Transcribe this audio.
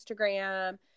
Instagram